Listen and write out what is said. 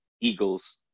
Eagles